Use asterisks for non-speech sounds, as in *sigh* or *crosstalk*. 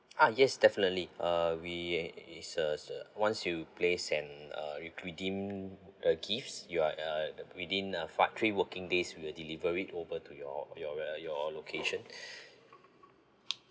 ah yes definitely uh we it's uh once you place an uh re~ redeem a gifts you are uh within uh five three working days we'll deliver it over to your your~ your location *breath*